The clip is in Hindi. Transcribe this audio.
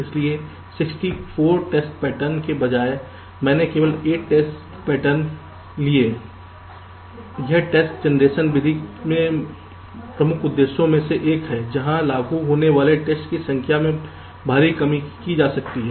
इसलिए 64 टेस्ट पैटर्न के बजाय मैंने केवल 8 टेस्ट पैटर्न किए यह टेस्ट जनरेशन विधि के प्रमुख उद्देश्यों में से एक है जहां लागू होने वाले टेस्ट की संख्या में भारी कमी की जा सकती है